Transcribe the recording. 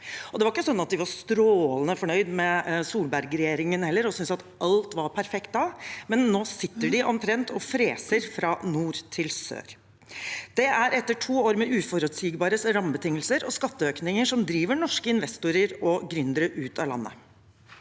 Det var ikke sånn at de var strålende fornøyde med Solberg-regjeringen heller og syntes at alt var perfekt da, men nå sitter de omtrent og freser fra nord til sør. Det er etter to år med uforutsigbare rammebetingelser og skatteøkninger som driver norske investorer og gründere ut av landet.